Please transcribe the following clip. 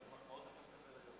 למרות המספר הקטן יש רוב גדול מאוד,